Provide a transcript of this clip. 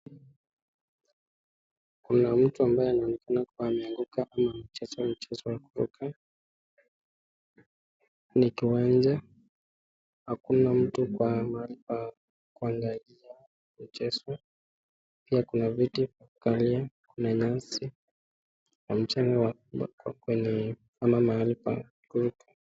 Kuna mtu ambaye ameanguka kwenye mchezo, mchezo wa kuruka. Ni kiwanja. Hakuna mtu mahali pa kuangalia mchezo. Pia kuna viti vya kukalia. Kuna nyasi na mchanga wa pale mahali pa kuruka.